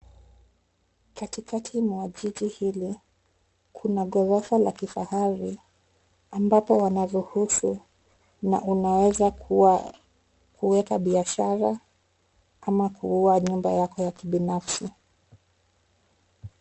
Katikati mwa jiji hili, kuna ghorofa la kifahari. Ambapo wanaruhusu na unaweza kuweka biashara, ama kuwa nyumba yako ya kibinafsi.